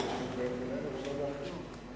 נותנים לצלב-האדום להיכנס לגלעד שליט?